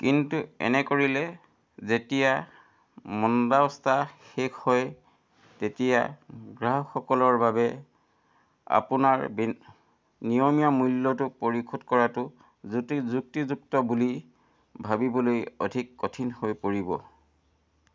কিন্তু এনে কৰিলে যেতিয়া মন্দাৱস্থা শেষ হয় তেতিয়া গ্ৰাহকসকলৰ বাবে আপোনাৰ বিন নিয়মীয়া মূল্যটো পৰিশোধ কৰাটো যুতি যুক্তিযুক্ত বুলি ভাবিবলৈ অধিক কঠিন হৈ পৰিব